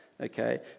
Okay